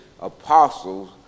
apostles